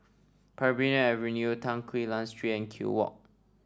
Parbury Avenue Tan Quee Lan Street and Kew Walk